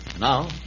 Now